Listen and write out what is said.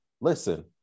listen